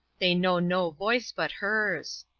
they know no voice but hers.